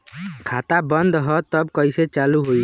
खाता बंद ह तब कईसे चालू होई?